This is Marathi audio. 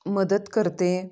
मदत करते